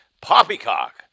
poppycock